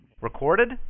Recorded